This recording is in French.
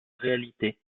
réalité